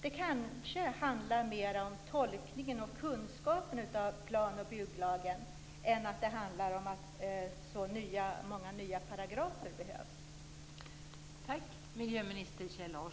Det handlar kanske mer om tolkningen och kunskapen om plan och bygglagen än om att det behövs så många nya paragrafer.